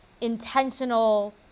intentional